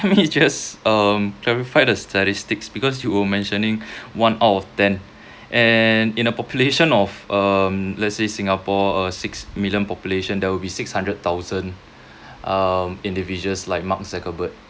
let me just um clarified the statistics because you were mentioning one out of ten and in a population of um let's say singapore a six million population there will be six hundred thousand um individuals like mark zuckerberg